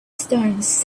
stones